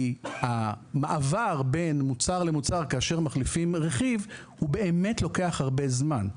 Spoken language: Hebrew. כי המעבר בין מוצר למוצר כאשר מחליפים רכיב לוקח באמת הרבה זמן.